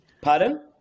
Pardon